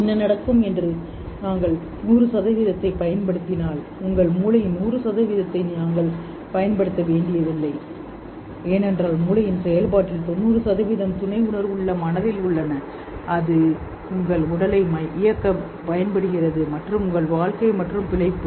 என்ன நடக்கும் என்று நாங்கள் 100 சதவிகிதத்தைப் பயன்படுத்தினால் உங்கள் மூளையின் 100 சதவீதத்தை நீங்கள் பயன்படுத்த வேண்டியதில்லை ஏனென்றால் மூளையின் செயல்பாட்டில் 90 சதவிகிதம் துணை உணர்வுள்ள மனதில் உள்ளன அது உங்கள் உடலை இயக்க பயன்படுகிறது மற்றும் உங்கள் வாழ்க்கை மற்றும் பிழைப்பு